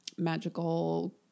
Magical